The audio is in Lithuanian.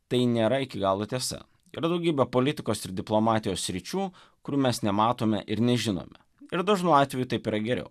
tai nėra iki galo tiesa yra daugybė politikos ir diplomatijos sričių kur mes nematome ir nežinome ir dažnu atveju taip yra geriau